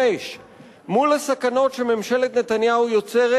5. מול הסכנות שממשלת נתניהו יוצרת,